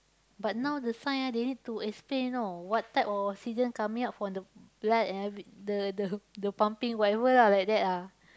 but now the science ah they need to explain you know what type of oxygen coming out from the blood and ev~ the the pumping whatever like that ah